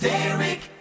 Derek